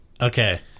Okay